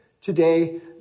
today